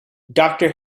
doctor